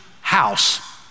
house